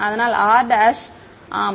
அதனால் r' ஆம்